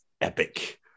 epic